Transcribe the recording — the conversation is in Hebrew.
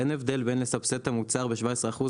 אין הבדל בין לסבסד את המוצר ב-17 אחוזים